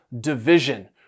division